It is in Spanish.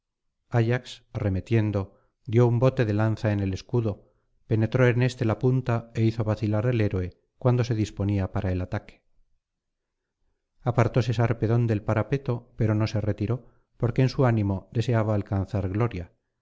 ayax arremetiendo dio un bote de lanza en el escudo penetró en éste la punta é hizo vacilar al héroe cuando se disponía para el ataque apartóse sarpedón del parapeto pero no se retiró porque en su ánimo deseaba alcanzar gloria